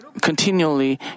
continually